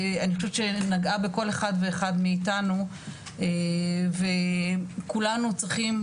אני חושבת שנגעה בכל אחד ואחת מאיתנו וכולנו צריכים,